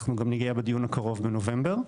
אנחנו גם נגיע בדיון הקרוב בנובמבר.